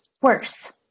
worse